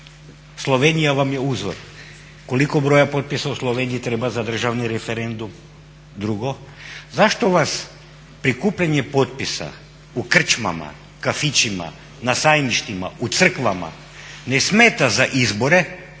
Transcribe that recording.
Slovenija vam je uzor. Koliko broja potpisa u Sloveniji treba za državni referendum? Drugo, zašto vas prikupljanje potpisa u krčmama, kafićima, na sajmištima, u crkvama ne smeta za izbore